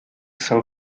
sell